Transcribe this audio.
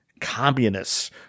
communists